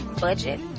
budget